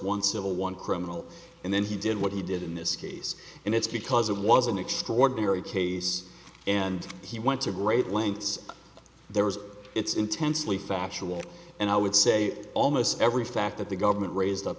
a one criminal and then he did what he did in this case and it's because it was an extraordinary case and he went to great lengths there was it's intensely factual and i would say almost every fact that the government raised up